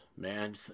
man